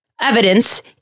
evidence